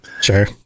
Sure